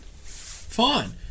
Fine